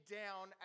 down